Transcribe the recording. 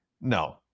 No